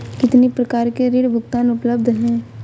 कितनी प्रकार के ऋण भुगतान उपलब्ध हैं?